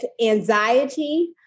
anxiety